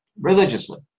religiously